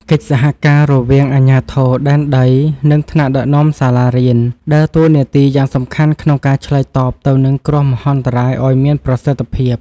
កិច្ចសហការរវាងអាជ្ញាធរដែនដី និងថ្នាក់ដឹកនាំសាលារៀន ដើរតួនាទីយ៉ាងសំខាន់ក្នុងការឆ្លើយតបទៅនឹងគ្រោះមហន្តរាយឱ្យមានប្រសិទ្ធភាព។